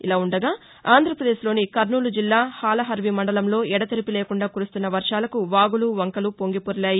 ఇలా ఉండగా కర్నూలు జిల్లా హాలహర్వి మండలంలో ఎడతెరిపి లేకుండా కురుస్తున్న వర్వాలకు వాగులు వంకలు పొంగిపొర్లాయి